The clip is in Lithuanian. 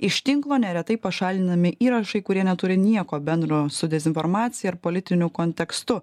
iš tinklo neretai pašalinami įrašai kurie neturi nieko bendro su dezinformacija ir politiniu kontekstu